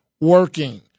working